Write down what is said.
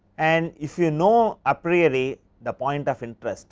and if you know apriori the point of interest